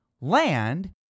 land